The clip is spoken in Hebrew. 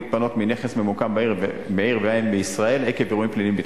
להתפנות מנכס הממוקם בעיר ואם בישראל עקב אירועים פליליים,